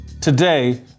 Today